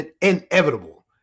inevitable